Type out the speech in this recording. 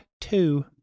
two